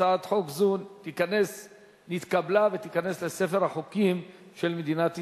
הצעת חוק זו התקבלה ותיכנס לספר החוקים של מדינת ישראל.